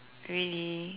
really